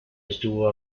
estuvo